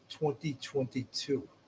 2022